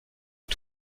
est